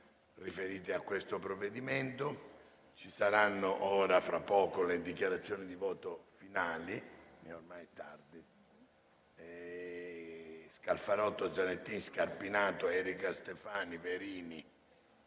riferiti a questo provvedimento, ci saranno fra poco le dichiarazioni di voto finali (sono iscritti i senatori Scalfarotto, Zanettin, Scarpinato, Erika Stefani, Verini